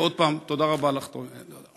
ועוד הפעם, תודה רבה לך, עאידה.